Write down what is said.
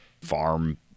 farm